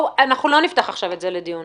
אנחנו לא נפתח את זה לדיון עכשיו.